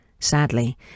Sadly